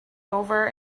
over